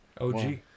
og